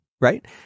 right